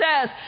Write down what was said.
says